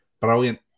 brilliant